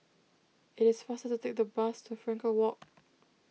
it is faster to take the bus to Frankel Walk